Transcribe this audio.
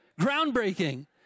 Groundbreaking